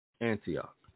Antioch